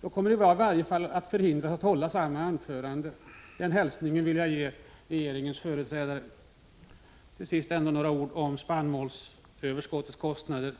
Då kommer jag i varje fall att förhindras att hålla samma anförande — den hälsningen vill jag ge regeringens företrädare. Till sist några ord om spannmålsöverskottets kostnader.